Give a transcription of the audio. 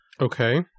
Okay